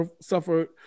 suffered